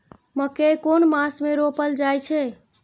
मकेय कुन मास में रोपल जाय छै?